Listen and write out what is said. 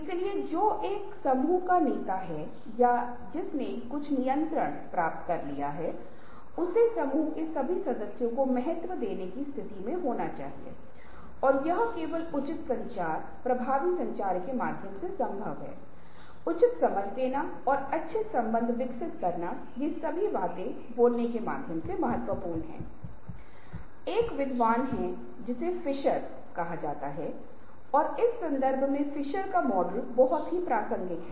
इसलिए यह उस तरह से मेल खाता है जिस तरह से हम पहले समय को परिभाषित करते हैं और तदनुसार सिद्धांत भी समय प्रबंधन के लिए होते हैं और वे समय के प्रबंधन या समय प्रबंधन को मापने के इस मैकान के तरीके का अनुपालन करते हैं और समय प्रबंधन पर कुछ महत्वपूर्ण खोज हैं साहित्य कहता है कि महिलाएं पुरुषों की तुलना में बेहतर समय का प्रबंधन करती हैं